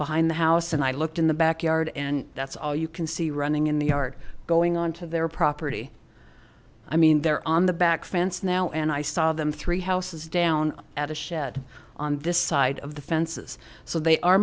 behind the house and i looked in the backyard and that's all you can see running in the yard going on to their property i mean they're on the back fence now and i saw them three houses down at a shed on this side of the fences so they are